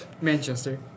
Manchester